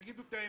תגידו את האמת.